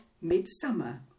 Midsummer